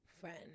friend